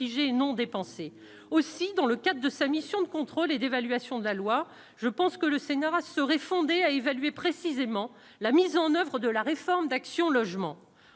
non dépensés aussi dans le cadre de sa mission de contrôle et d'évaluation de la loi, je pense que le Seigneur a serait fondé à évaluer précisément la mise en oeuvre de la réforme d'Action Logement,